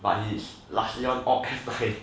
but his last year all F nine